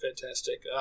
fantastic